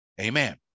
amen